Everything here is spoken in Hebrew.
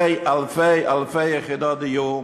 אלפי-אלפי-אלפי יחידות דיור,